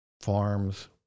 farms